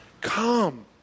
Come